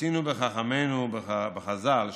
גיסא מצינו בחכמינו בחז"ל שאמרו: